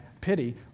pity